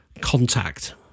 contact